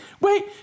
wait